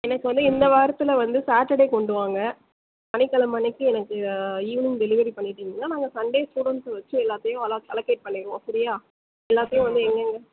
எனக்கு வந்து இந்த வாரத்தில் வந்து சாட்டர்டே கொண்டு வாங்க சனிக்கெழமை அன்னைக்கி எனக்கு ஈவ்னிங் டெலிவெரி பண்ணிட்டிங்கனா நாங்கள் சண்டேஸ் ஸ்டுடெண்ட்ஸ் வச்சு எல்லாத்தையும் ட் அலகேட் பண்ணிடுவோம் சரியா எல்லாத்தையும் வந்து எங்கெங்கே